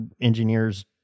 engineers